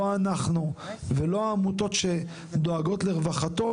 לא אנחנו ולא העמותות שדואגות לרווחתו